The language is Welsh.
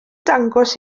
dangos